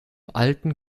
alten